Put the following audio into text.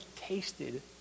tasted